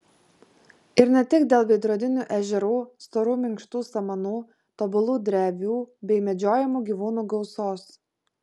ir ne tik dėl veidrodinių ežerų storų minkštų samanų tobulų drevių bei medžiojamų gyvūnų gausos